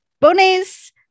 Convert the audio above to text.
bonnes